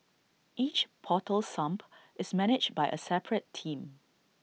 each portal sump is managed by A separate team